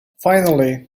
finally